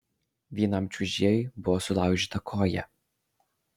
vienam čiuožėjui buvo sulaužyta koja